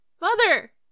mother